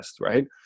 right